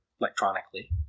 electronically